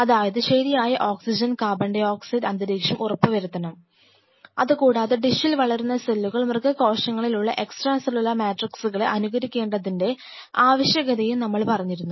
അതായത് ശരിയായ oxygen carbon dioxide അന്തരീക്ഷം ഉറപ്പുവരുത്തണം അതുകൂടാതെ ഡിഷിൽ വളരുന്ന സെല്ലുകൾ മൃഗ കോശങ്ങളിൽ ഉള്ള എക്സ്ട്രാ സെല്ലുലാർ മാട്രിക്സ്കളെ അനുകരിക്കേണ്ടത്തിന്റെ ആവശ്യകതയും നമ്മൾ പറഞ്ഞിരുന്നു